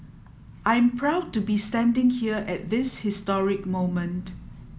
I'm proud to be standing here at this historic moment